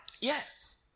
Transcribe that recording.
Yes